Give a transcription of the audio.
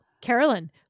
Carolyn